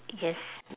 yes